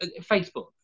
Facebook